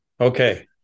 Okay